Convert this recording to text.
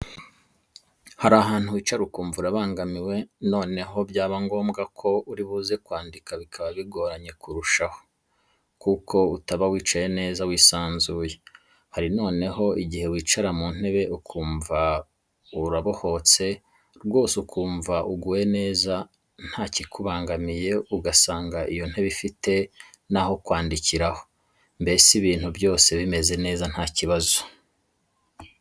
Hari ahantu wicara ukumva urabangamiwe noneho byaba ngombwa ko uri buze kwandika bikaba bigoranye kurushaho kuko utaba wicaye neza wisanzuye. Hari noneho igihe wicara mu ntebe ukumva urabohotse rwose ukumva uguwe neza ntakikubangamiye ugasanga iyo ntebe ifite naho kwandikiraho mbese ibintu byose bimeze neza nta kibazo.